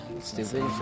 Stupid